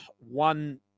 one